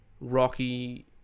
rocky